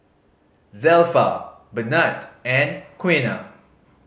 Zelpha Bernard and Quiana